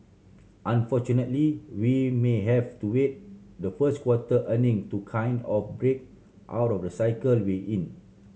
unfortunately we may have to wait the first quarter earning to kind of break out of the cycle we're in